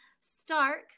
Stark